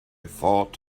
thought